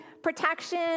Protection